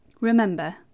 Remember